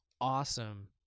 awesome